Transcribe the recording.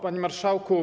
Panie Marszałku!